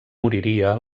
moriria